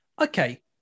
Okay